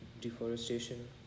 deforestation